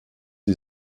die